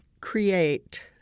create